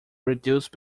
reduced